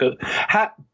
hat